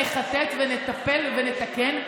נחטט ונטפל בו ונתקן,